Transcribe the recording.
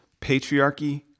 patriarchy